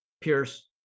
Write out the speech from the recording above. pierce